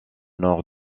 nord